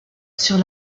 sur